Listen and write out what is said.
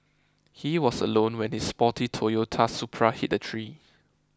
he was alone when his sporty Toyota Supra hit a tree